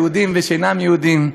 יהודים ושאינם יהודים,